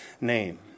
name